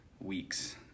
weeks